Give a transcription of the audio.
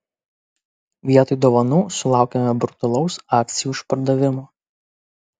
vietoj dovanų sulaukėme brutalaus akcijų išpardavimo